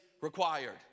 required